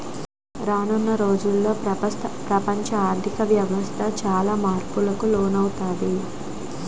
రానున్న రోజుల్లో ప్రపంచ ఆర్ధిక వ్యవస్థ చాలా మార్పులకు లోనవుతాది